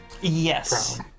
Yes